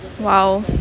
!wow!